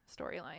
storyline